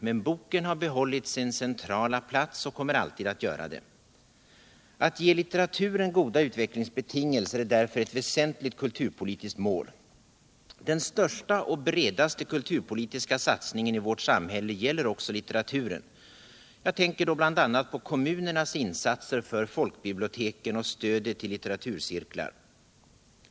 Men boken har behållit sin centrala plats och kommer alltid att göra det. Att ge litteraturen goda utvecklingsbetingelser är därför ett väsentligt kulturpolitiskt mål. Den största och bredaste kulturpolitiska satsningen i vårt samhälle gäller också litteraturen. Jag tänker då bl.a. på kommunernas insatser för folkbiblioteken och stödet till litteraturcirklar.